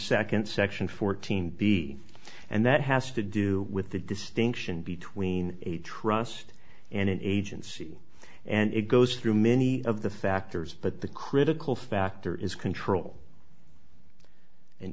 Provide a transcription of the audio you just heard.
nd section fourteen b and that has to do with the distinction between a trust and an agency and it goes through many of the factors but the critical factor is control an